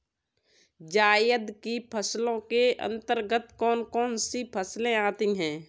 जायद की फसलों के अंतर्गत कौन कौन सी फसलें आती हैं?